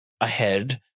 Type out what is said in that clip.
ahead